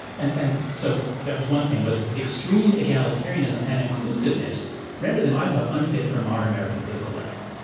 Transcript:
and and so that was one thing, was, the extreme egalitarianism and inclusiveness rendered them, i thought, unfit for modern american political life.